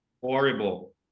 horrible